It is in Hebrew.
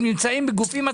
הם נמצאים בגופים עצמאיים,